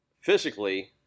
physically